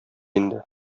инде